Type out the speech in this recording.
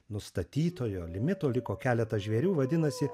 nustatytojo limito liko keletas žvėrių vadinasi